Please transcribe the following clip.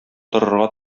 торырга